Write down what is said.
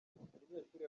umunyeshuri